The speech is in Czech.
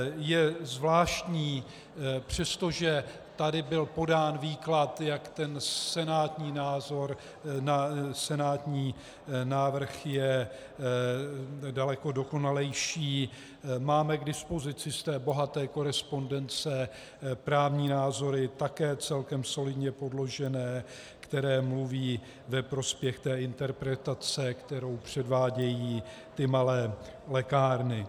Je zvláštní, přestože tady byl podán výklad, že senátní návrh je daleko dokonalejší, máme k dispozici z bohaté korespondence právní názory, také celkem solidně podložené, které mluví ve prospěch interpretace, kterou předvádějí malé lékárny.